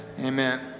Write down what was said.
amen